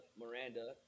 Miranda